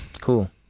Cool